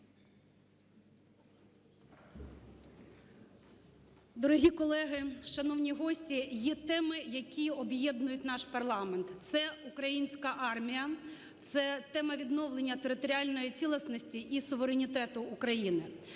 Дорогі колеги, шановні гості! Є теми, які об'єднують наш парламент – це українська армія, це тема відновлення територіальної цілісності і суверенітету України.